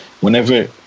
whenever